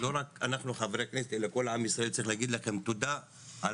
לא רק אנחנו חברי כנסת אלא כל עם ישראל צריך להגיד לכם תודה על